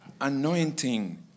Anointing